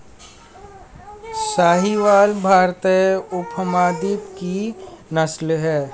साहीवाल भारतीय उपमहाद्वीप की नस्ल है